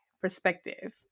perspective